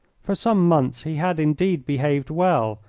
for some months he had indeed behaved well,